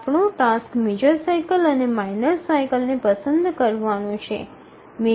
આપનો task major cycle અને minor સાઇકલને પસંદ કરવાનું છે